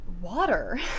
Water